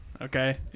okay